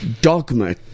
Dogma